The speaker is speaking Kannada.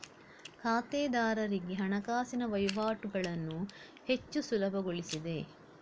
ಖಾತೆದಾರರಿಗೆ ಹಣಕಾಸಿನ ವಹಿವಾಟುಗಳನ್ನು ಹೆಚ್ಚು ಸುಲಭಗೊಳಿಸಿದೆ